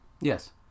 Yes